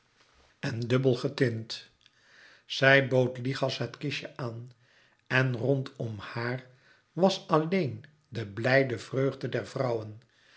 en dubbel getint zij bood lichas het kistje aan en rondom haar was alleen de blijde vreugde der vrouwen